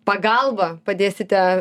pagalbą padėsite